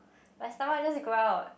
my stomach just growled